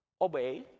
obey